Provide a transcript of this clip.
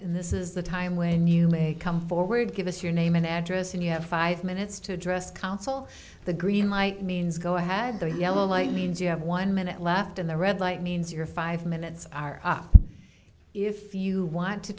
and this is the time when you may come forward give us your name and address and you have five minutes to address council the green light means go ahead the yellow light means you have one minute left and the red light means your five minutes are up if you want to